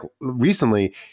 recently